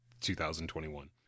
2021